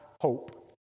hope